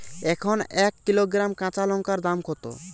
এখন এক কিলোগ্রাম কাঁচা লঙ্কার দাম কত?